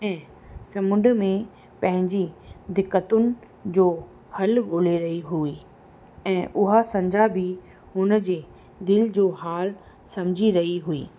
ऐं समुंड में पंहिंजी दिक़तुनि जो हलु ॻोल्हे रही हुई ऐं उहा संझा बि हुन जे दिलि जो हालु सम्झी रही हुई